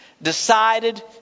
decided